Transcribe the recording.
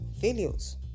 failures